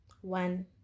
One